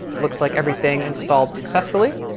looks like everything installed successfully.